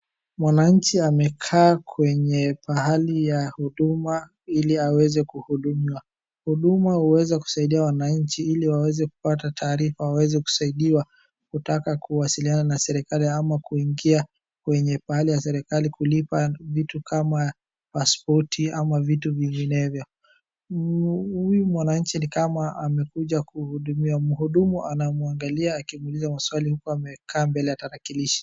Mwananchi amekaa kwenye pahalii ya huduma ili aweze kuhudumiwa. Huduma huweza kusaidia wananchi ili waweze kupata taarifa waweze kusaidiwa kutaka kuwasiliana na serikali ama kuingia kwenye pahali ya serikali kulipa vitu kama pasipoti ama vitu vinginevyo. Huyu mwananchi ni kama amekuja kuhudumiwa mhudumu anamuangalia akimuuliza maswali huku amekaa mbele ya tarakilishi.